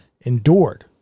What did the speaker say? endured